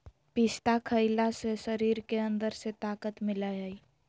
पिस्ता खईला से शरीर के अंदर से ताक़त मिलय हई